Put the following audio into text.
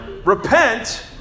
Repent